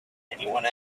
anyone